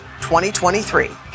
2023